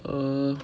err